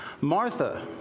Martha